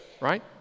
Right